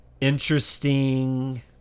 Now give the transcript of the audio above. interesting